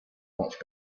much